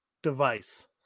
device